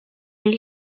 hil